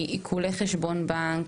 הם עיקולי חשבון בנק,